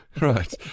Right